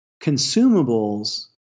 consumables